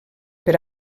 per